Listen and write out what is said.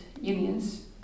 unions